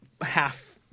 half